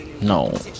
No